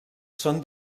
són